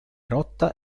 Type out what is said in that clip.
rotta